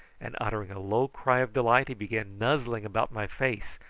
and uttering a low cry of delight he began nuzzling about my face,